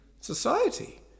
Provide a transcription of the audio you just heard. society